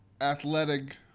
athletic